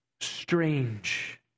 strange